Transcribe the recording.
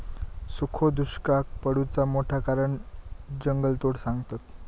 सुखो दुष्काक पडुचा मोठा कारण जंगलतोड सांगतत